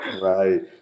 Right